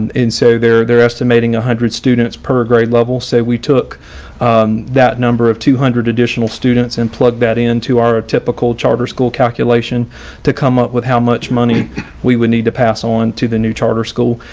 and so they're they're estimating one hundred students per grade level. so we took that number of two hundred additional students and plug that into our ah typical charter school calculation to come up with how much money we would need to pass on to the new charter school.